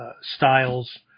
styles